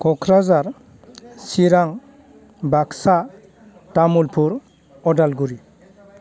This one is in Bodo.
क'क्राझार चिरां बाकसा तामुलपुर उदालगुरि